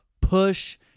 push